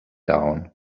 down